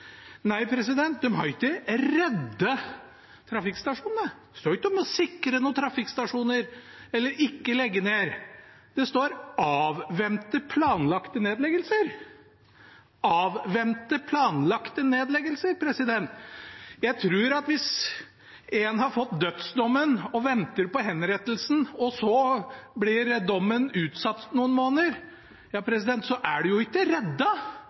Nei – de har ikke reddet trafikkstasjonene, det står ikke noe om å sikre noen trafikkstasjoner eller å ikke legge ned, det står «avvente planlagte nedleggelser». Hvis en har fått dødsdommen og venter på henrettelsen, og så blir dommen utsatt noen måneder, er en jo ikke